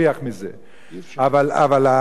אבל השיטה הזאת,